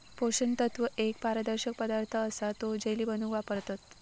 पोषण तत्व एक पारदर्शक पदार्थ असा तो जेली बनवूक वापरतत